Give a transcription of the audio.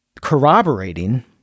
corroborating